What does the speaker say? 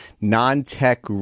non-tech